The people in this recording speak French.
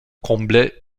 comblé